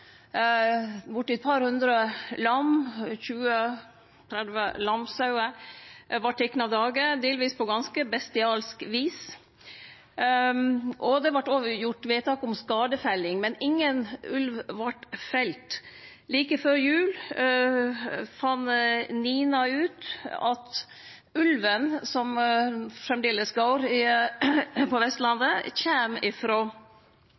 eit par hundre lam og 20–30 lamsauer vart tekne av dage, delvis på ganske bestialsk vis. Det vart òg gjort vedtak om skadefelling, men ingen ulv vart felt. Like før jul fann NINA ut at ulven, som framleis går på